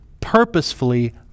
purposefully